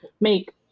make